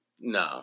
no